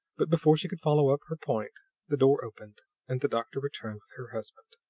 but before she could follow up her point the door opened and the doctor returned with her husband.